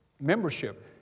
Membership